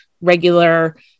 regular